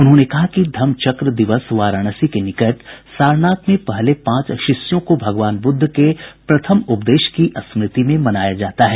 उन्होंने कहा कि धम्म चक्र दिवस वाराणसी के निकट सारनाथ में पहले पांच शिष्यों को भगवान ब्रद्ध के प्रथम उपदेश की स्मृति में मनाया जाता है